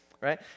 right